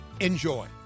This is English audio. Enjoy